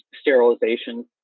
sterilization